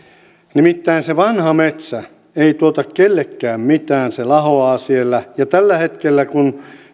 nimittäin se vanha metsä ei tuota kellekään mitään se lahoaa siellä ja tällä hetkellä kun